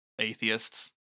atheists